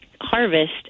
harvest